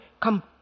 come